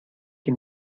que